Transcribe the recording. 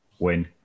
win